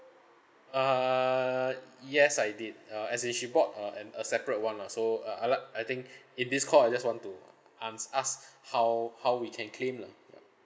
err yes I did uh as in she bought a and a separate one lah so uh I'd like I think in this call I just want to an~ ask how how we can claim lah ya